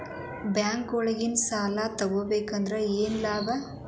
ಬ್ಯಾಂಕ್ನೊಳಗ್ ಸಾಲ ತಗೊಬೇಕಾದ್ರೆ ಏನ್ ಲಾಭ?